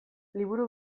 liburu